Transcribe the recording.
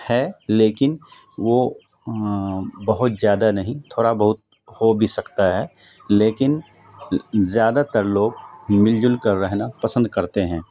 ہے لیکن وہ بہت زیادہ نہیں تھوڑا بہت ہو بھی سکتا ہے لیکن زیادہ تر لوگ مل جل کر رہنا پسند کرتے ہیں